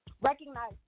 recognize